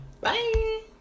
Bye